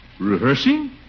Rehearsing